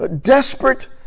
desperate